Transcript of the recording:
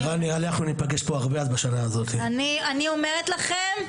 אני אומרת לכם,